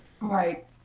right